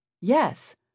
yes